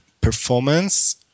performance